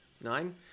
Nine